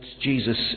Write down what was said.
Jesus